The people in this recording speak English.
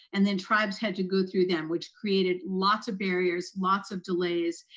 and then tribes had to go through them, which created lots of barriers, lots of delays.